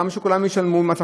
למה שכולם ישלמו מס הכנסה?